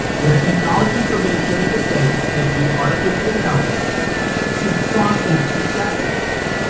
where technologies are being put into place that use artificial intelligence to process the steps of things.